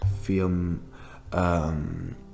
film